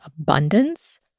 abundance